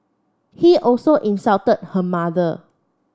he also insulted her mother